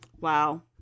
wow